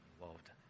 involved